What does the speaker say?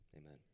Amen